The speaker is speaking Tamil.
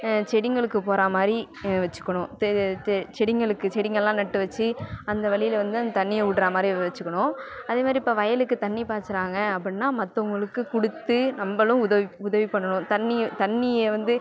செடிங்களுக்கு போகிறா மாதிரி வெச்சுக்கணும் தெ தெ செடிங்களுக்கு செடிங்களெலாம் நட்டு வெச்சு அந்த வழியில வந்து அந்த தண்ணியை விட்றா மாதிரி வெச்சுக்கணும் அதே மாதிரி இப்போ வயலுக்கு தண்ணி பாய்ச்சிறாங்க அப்படின்னா மற்றவங்களுக்கு கொடுத்து நம்பளும் உதவி உதவி பண்ணணும் தண்ணி தண்ணியை வந்து